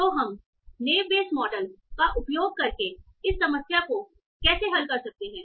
तो हम naive Bayes model model का उपयोग करके इस समस्या को कैसे हल कर सकते हैं